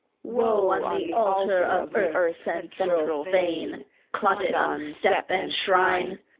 woe on the altar of earth's central fane! clotted on step and shrine,